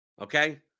okay